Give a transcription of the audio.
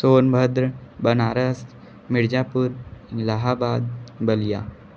Sonbhadra Banaras Mirzapur Allahabad Ballia